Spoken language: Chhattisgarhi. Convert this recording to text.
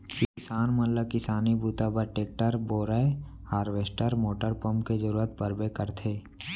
किसान मन ल किसानी बूता बर टेक्टर, बोरए हारवेस्टर मोटर पंप के जरूरत परबे करथे